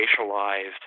racialized